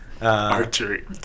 archery